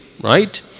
right